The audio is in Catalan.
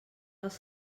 dels